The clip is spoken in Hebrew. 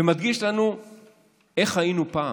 ומדגיש לנו איך היינו פעם: